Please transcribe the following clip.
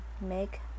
make